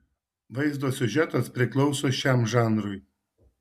vaizdo siužetas priklauso šiam žanrui